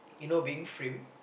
you know being frame